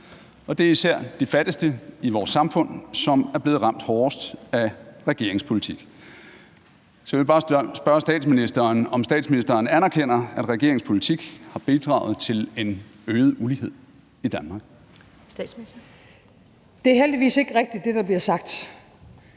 Og det er især de fattigste i vores samfund, som er blevet ramt hårdest af regeringens politik. Så jeg vil bare spørge statsministeren, om statsministeren anerkender, at regeringens politik har bidraget til en øget ulighed i Danmark. Kl. 21:59 Første næstformand (Karen Ellemann)